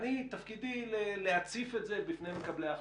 אני, תפקידי להציף את זה בפני מקבלי החלטות.